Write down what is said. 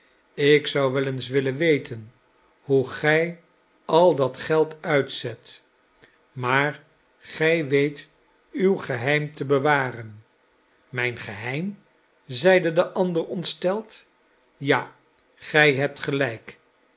ik zou wel eens willen weten hoe gij al dat geld uitzet maar gij weet uw geheim te bewaren mijn geheim zeide de ander ontsteld ja gij hebt gelijk